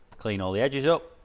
clean all the edges up.